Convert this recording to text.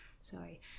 sorry